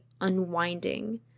unwinding